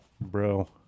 Bro